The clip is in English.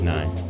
Nine